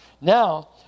Now